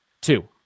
Two